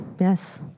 Yes